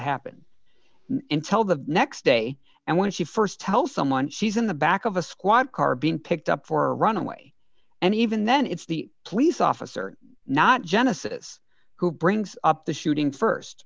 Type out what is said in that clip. happened and tell the next day and when she st tell someone she's in the back of a squad car being picked up for a runaway and even then it's the police officer not genesis who brings up the shooting